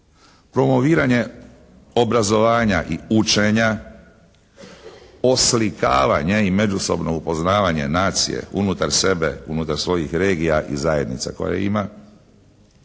Promoviranje obrazovanja i učenja. Oslikavanje i međusobno upoznavanje nacije unutar sebe, unutar svojih regija i zajednica koje ima.